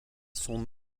son